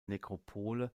nekropole